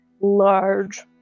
large